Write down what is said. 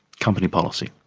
company policy.